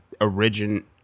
origin